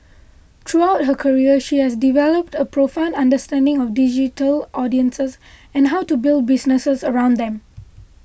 throughout her career she has developed a profound understanding of digital audiences and how to build businesses around them